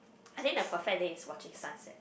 I think the perfect day is watching sunset